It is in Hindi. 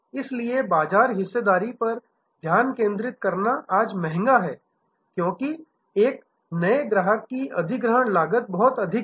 इसलिए बाजार हिस्सेदारी पर ध्यान केंद्रित करना आज महंगा है क्योंकि एक नए ग्राहक की अधिग्रहण लागत बहुत अधिक है